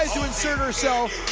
to insert herself.